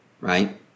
right